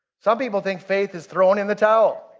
some people think faith is throwing in the towel.